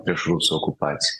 prieš rusų okupaciją